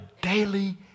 daily